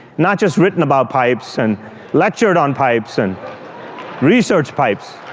not just written about pipes, and lectured on pipes, and researched pipes.